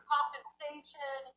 compensation